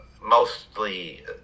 mostly